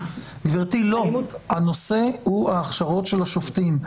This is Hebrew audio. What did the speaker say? הנושא הוא הכשרות השופטים.